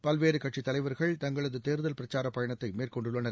பல்வேறு கட்சி தலைவர்கள் தங்களது தேர்தல் பிரச்சார பயணத்தை மேற்கொண்டுள்ளனர்